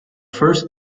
first